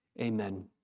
Amen